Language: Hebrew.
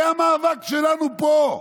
זה המאבק שלנו פה.